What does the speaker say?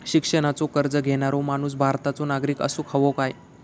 शिक्षणाचो कर्ज घेणारो माणूस भारताचो नागरिक असूक हवो काय?